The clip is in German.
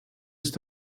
ist